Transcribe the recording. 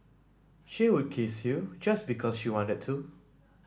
she would kiss you just because she wanted to